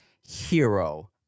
Hero